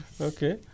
okay